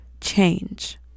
change